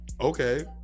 Okay